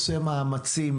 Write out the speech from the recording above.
עושה מאמצים,